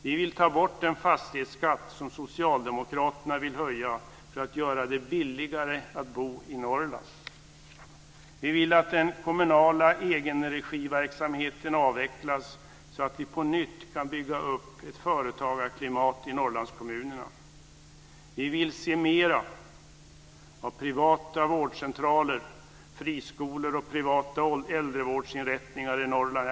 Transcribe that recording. Vi vill ta bort den fastighetsskatt som socialdemokraterna vill höja för att göra det billigare att bo i Vi vill att den kommunala egenregiverksamheten avvecklas så att vi på nytt kan bygga upp ett företagarklimat i Norrlandskommunerna. Vi vill se mera av privata vårdcentraler, friskolor och privata äldrevårdsinrättningar i Norrland.